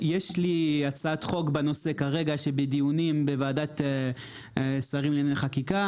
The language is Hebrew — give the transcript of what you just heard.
יש לי הצעת חוק בנושא כרגע שבדיונים בוועדת שרים לענייני חקיקה.